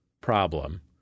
problem